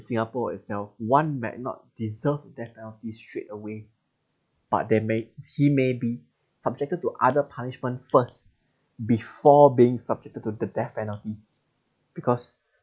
singapore itself one might not deserve death penalty straight away but they may he may be subjected to other punishment first before being subjected to the death penalty because